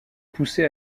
poussé